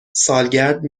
سالگرد